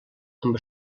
amb